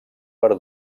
per